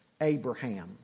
Abraham